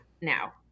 now